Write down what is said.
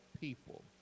people